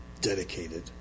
dedicated